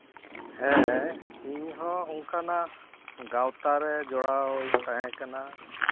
ᱦᱮᱸ ᱤᱧᱦᱚᱸ ᱚᱱᱠᱟᱱᱟᱜ ᱜᱟᱶᱛᱟ ᱨᱮ ᱡᱚᱲᱟᱣ ᱤᱧ ᱛᱟᱦᱮᱸ ᱠᱟᱱᱟ